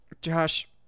Josh